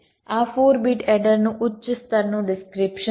આ 4 બીટ એડરનું ઉચ્ચ સ્તરનું ડિસ્ક્રીપ્શન છે